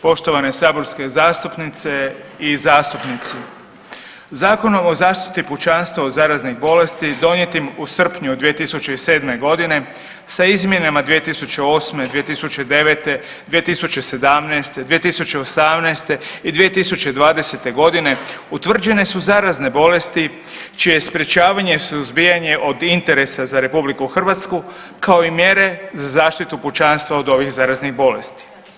Poštovane saborske zastupnice i zastupnici, Zakonom o zaštiti pučanstva od zaraznih bolesti donijetim u srpnju 2007. godine sa izmjenama 2008., 2009., 2017., 2018. i 2020. godine utvrđene su zarazne bolesti čije je sprječavanje suzbijanje od interesa za RH kao i mjere za zaštitu pučanstva od ovih zaraznih bolesti.